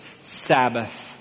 Sabbath